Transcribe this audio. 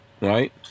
Right